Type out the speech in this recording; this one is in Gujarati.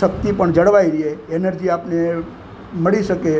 શક્તિ પણ જળવાઈ રહે એનર્જી આપણને મળી શકે